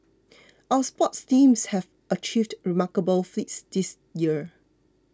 our sports teams have achieved remarkable feats this year